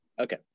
Okay